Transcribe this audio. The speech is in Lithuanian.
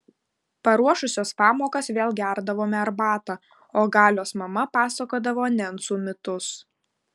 paruošusios pamokas vėl gerdavome arbatą o galios mama pasakodavo nencų mitus